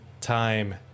time